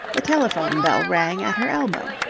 the telephone bell rang at her elbow.